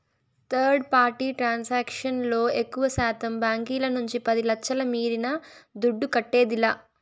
third party transaction లో ఎక్కువశాతం బాంకీల నుంచి పది లచ్ఛల మీరిన దుడ్డు కట్టేదిలా